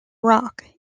rock